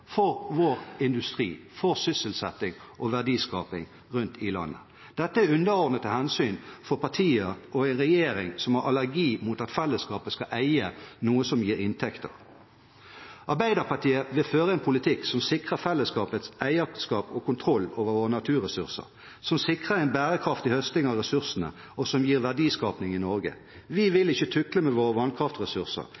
for vår industri, for sysselsetting og verdiskaping rundt i landet. Dette er underordnede hensyn for partier og en regjering som har allergi mot at fellesskapet skal eie noe som gir inntekter. Arbeiderpartiet vil føre en politikk som sikrer fellesskapet eierskap og kontroll over våre naturressurser, som sikrer en bærekraftig høsting av ressursene, og som gir verdiskaping i Norge. Vi vil